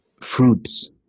fruits